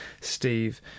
Steve